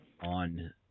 on